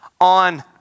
on